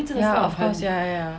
ya of course ya ya ya